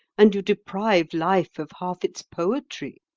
and you deprive life of half its poetry,